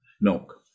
milk